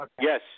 Yes